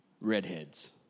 Redheads